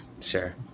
sure